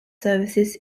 services